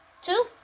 Two